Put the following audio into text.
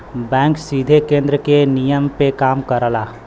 bank सीधे केन्द्र के नियम पे काम करला